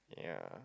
ya